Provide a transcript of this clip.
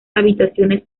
habitaciones